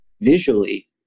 visually